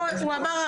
כפי שנאמר,